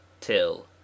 till